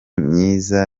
myiza